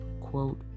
quote